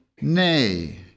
Nay